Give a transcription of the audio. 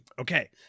Okay